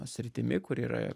sritimi kuri yra